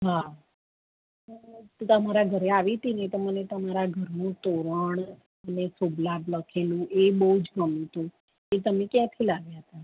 હા હું તો તમારા ઘરે આવીતીને તો મને તમારા ઘરનું તોરણ અને ફૂડલાખ લખેલું એ બઉજ ગમ્યું તું એ તમે ક્યાંથી લાવ્યા હતા